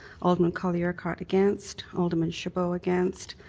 alderman colley-urquhart against, alderman chabot against,